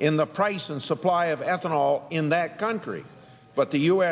in the price and supply of ethanol in that country but the u